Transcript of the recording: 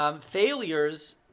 Failures